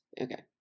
Okay